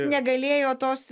negalėjo tos